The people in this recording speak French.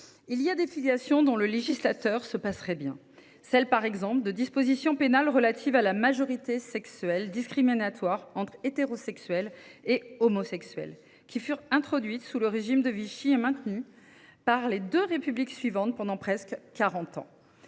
il y a des filiations dont le législateur se passerait bien : ainsi des dispositions pénales relatives à la majorité sexuelle, discriminatoires entre hétérosexuels et homosexuels, qui furent introduites dans notre droit sous le régime de Vichy et maintenues par les deux républiques suivantes pendant presque quarante